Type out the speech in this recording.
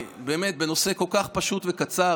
בנושא כל כך פשוט וקצר,